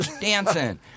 dancing